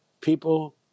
People